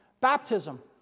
baptism